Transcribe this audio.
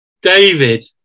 David